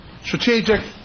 strategic